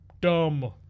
dumb